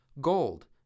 gold